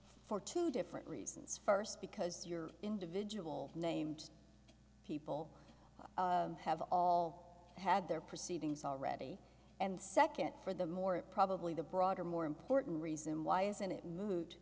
for two different reasons first because your individual named people have all had their proceedings already and second for the more probably the broader more important reason why isn't it mo